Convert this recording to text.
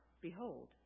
behold